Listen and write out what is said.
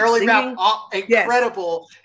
Incredible